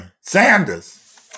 Sanders